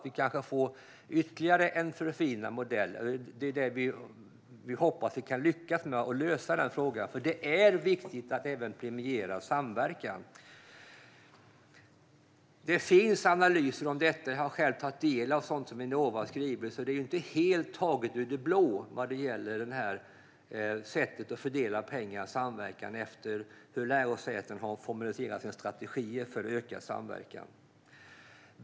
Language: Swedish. Vi kanske får en ytterligare förfinad modell. Vi hoppas att vi kan lyckas att lösa den frågan. Det är viktigt att även premiera samverkan. Det finns analyser om det. Jag har själv tagit del av sådant som Vinnova har skrivit. Det är inte helt taget ur det blå när det gäller sättet att fördela pengar efter samverkan och hur lärosäten har formulerat sina strategier för ökad samverkan.